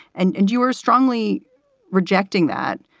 and and you are strongly rejecting that.